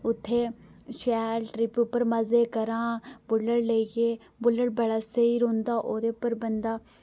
उत्थै शैल ट्रिप उप्पर मजे करां बुल्लट लेइयै बुल्लट बड़ा स्हेई रौंह्दा ओह्दे उप्पर बंदा